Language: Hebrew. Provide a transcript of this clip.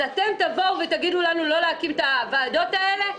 אז אתם תבואו ותגידו לנו לא להקים את הוועדות האלה?